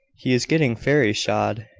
he is getting fairy shod,